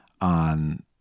on